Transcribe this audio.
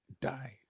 Die